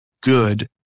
good